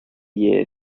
year